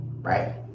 right